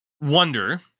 wonder